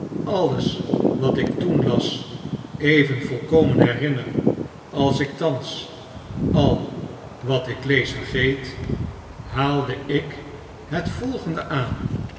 alles wat ik toen las even volkomen herinner als ik thans al wat ik lees vergeet haalde ik het volgende aan